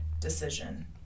decision